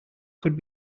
could